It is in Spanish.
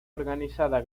organizada